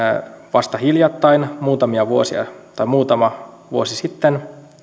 vasta hiljattain muutama vuosi sitten